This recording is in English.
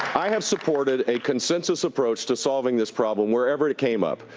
i have supported a consensus approach to solving this problem wherever it came up.